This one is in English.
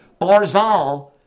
Barzal